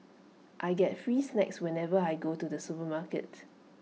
I get free snacks whenever I go to the supermarket